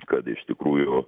kad iš tikrųjų